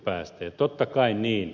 ja totta kai ed